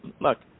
look